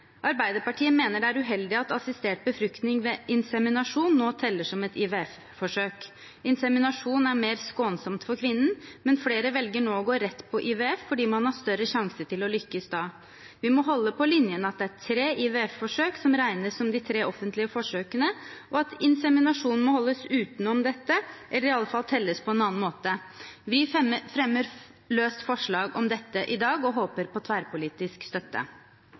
Arbeiderpartiet mener det er uheldig at assistert befruktning ved inseminasjon nå teller som et IVF-forsøk. Inseminasjon er mer skånsomt for kvinnen, men flere velger nå å gå rett på IVF fordi man har større sjanse til å lykkes da. Vi må holde på linjen med at det er tre IVF-forsøk som regnes som de tre offentlige forsøkene, og at inseminasjon må holdes utenom dette, eller i alle fall telles på en annen måte. Vi fremmer forslag om dette i dag og håper på tverrpolitisk støtte.